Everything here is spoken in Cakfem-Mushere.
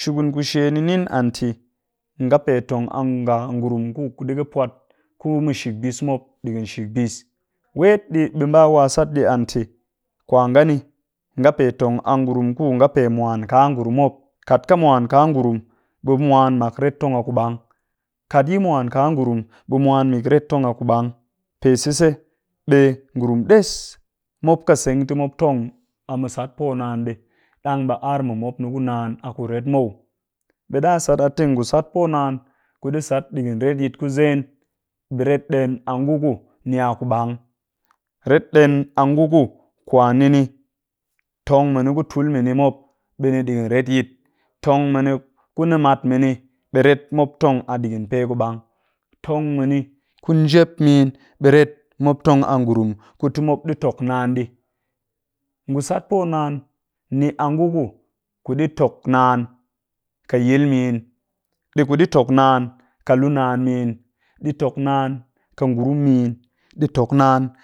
shukun ku she ni nin an te "ngape tong a nga a ngurum ku ka ɗi ka pwat ku shikbis mop digin shikbis" wet ɗii ɓe mba wa sat ɗii an te "kwa nga ni nga pe tong a ngurum ku nga pe mwan kaa ngurum mop" kat ka mwan kaa ngurum ɓe mwan mak ret tong a ku ɓang, kat yi mwan kaa ngurum ɓe mwan mik ret tong a ku ɓang. Pe sise, ɓe ngurum ɗes mop ka seng ti mop tong a mu sat poo naan ɗii ɗang ɓe ar mu mop ni ku naan ni a ku ret muw. Ɓe ɗa sat a te ngu sat poo naan ku ɗi sat ɗigin retyit ku zen ɓe ret ɗen a ngu ku ni a ku ɓang, ret ɗen a ngu ku kwa ni ni tong mini ku tul mini mop ɓe ni ɗigin retyit, tong mini ku nimat mini ɓe ret mop tong a ɗigin pe ku bang, tong mini ku njep min be ret mop tong a ngurum ku ti mop ɗi tok naan ɗii. Ngu sat poo naan, ni a ngu ku, ku ɗi tok naan ƙɨ yil min, ɗi ƙɨ ɗi tok naan ƙɨ lu naan min, ɗi tok naan ƙɨ ngurum min, ɗi tok naan